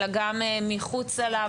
אלא גם מחוצה לה.